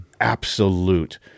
absolute